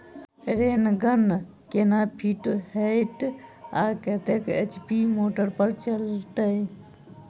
Rain gun केना fit हेतइ आ कतेक एच.पी मोटर पर चलतै?